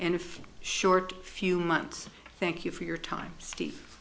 if short few months thank you for your time steve